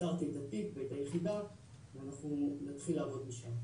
איתרתי את התיק ואת היחידה ואנחנו נתחיל לעבוד משם.